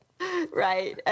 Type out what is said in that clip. Right